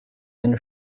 eine